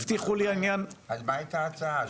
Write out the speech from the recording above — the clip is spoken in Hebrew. אז מה הייתה הצעה?